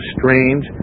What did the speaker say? strange